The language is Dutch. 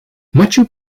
machu